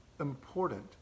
important